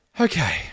Okay